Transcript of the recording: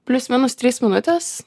plius minus trys minutės